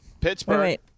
Pittsburgh